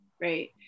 right